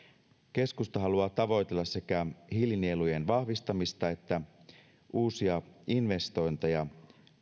keskusta haluaa tavoitella sekä hiilinielujen vahvistamista että uusia investointeja